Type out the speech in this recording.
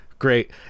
great